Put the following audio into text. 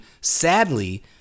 sadly